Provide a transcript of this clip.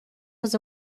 was